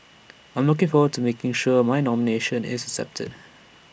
I'm looking forward to making sure my nomination is accepted